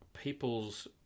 people's